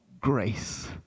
grace